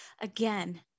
Again